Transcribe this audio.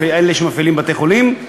אלה שמפעילים בתי-חולים,